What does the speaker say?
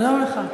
שלום לך.